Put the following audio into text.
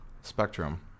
Spectrum